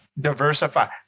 diversify